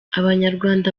abanyarwanda